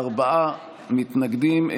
ארבעה מתנגדים,